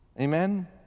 amen